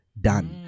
done